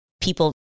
people